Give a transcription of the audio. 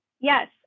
yes